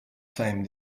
same